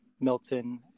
Milton